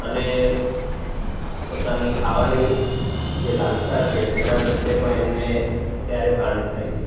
અને પોતાની ખાવાની જે લાલસા છે એના પ્રત્યે પણ એમને ત્યારે ભાન થાય છે